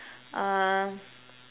uh